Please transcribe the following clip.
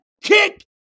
kick